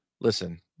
Listen